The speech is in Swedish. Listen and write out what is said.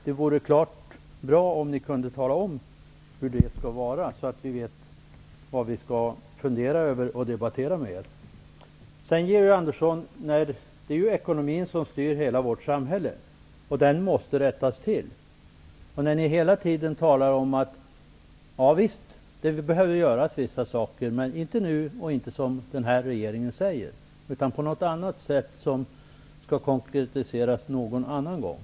Det vore bra om ni kunde tala om hur det skall vara, så att vi vet vad vi skall fundera över och debattera med er om. Det är ju ekonomin som styr hela vårt samhälle, Georg Andersson, och den måste rättas till. Men ni talar hela tiden om att det behöver göras vissa saker, men inte nu och inte som den här regeringen säger, utan på något annat sätt som skall konkretiseras någon annan gång.